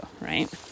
right